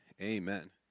amen